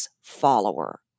follower